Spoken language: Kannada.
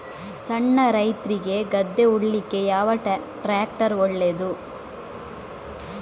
ಸಣ್ಣ ರೈತ್ರಿಗೆ ಗದ್ದೆ ಉಳ್ಳಿಕೆ ಯಾವ ಟ್ರ್ಯಾಕ್ಟರ್ ಒಳ್ಳೆದು?